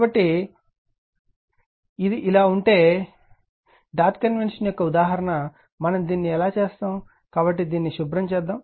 కాబట్టి అది ఇలా ఉంటే డాట్ కన్వెన్షన్ యొక్క ఉదాహరణ మనం దీన్ని ఎలా చేస్తాం కాబట్టి దాన్ని శుభ్రం చేద్దాం